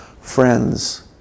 friends